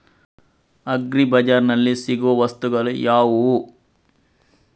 Agri ಬಜಾರ್ನಲ್ಲಿ ಸಿಗುವ ವಸ್ತುಗಳು ಯಾವುವು?